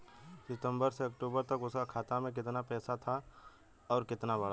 सितंबर से अक्टूबर तक उसका खाता में कीतना पेसा था और कीतना बड़ा?